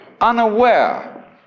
unaware